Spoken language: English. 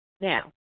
Now